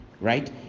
right